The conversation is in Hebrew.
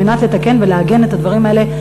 על מנת לתקן ולעגן את הדברים האלה.